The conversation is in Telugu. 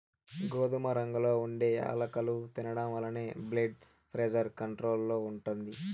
గోధుమ రంగులో ఉండే యాలుకలు తినడం వలన బ్లెడ్ ప్రెజర్ కంట్రోల్ లో ఉంటుంది